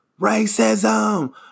Racism